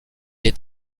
est